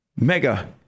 Mega